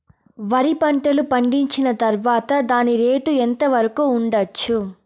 వరి పంటలు పండించిన తర్వాత దాని రేటు ఎంత వరకు ఉండచ్చు